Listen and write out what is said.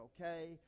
okay